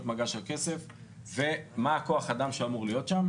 מגש של כסף ומה כוח האדם שאמור להיות שם.